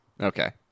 Okay